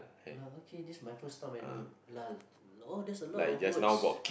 lull okay that's my first time I know lull orh that's a lot of words